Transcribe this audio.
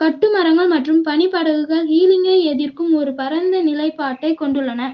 கட்டுமரங்கள் மற்றும் பனிப்படகுகள் ஹீலிங்கை எதிர்க்கும் ஒரு பரந்த நிலைப்பாட்டைக் கொண்டுள்ளன